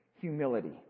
humility